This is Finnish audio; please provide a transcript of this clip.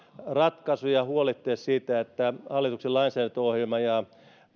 ratkaisuja huolehtia siitä että hallituksen lainsäädäntöohjelma ja